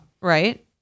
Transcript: Right